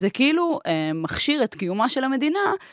זה כאילו מכשיר את קיומה של המדינה